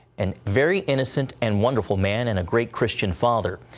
and very innocent and wonderful man and a great christian father,